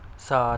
ساتھ